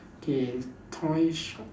okay toy shop